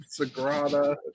sagrada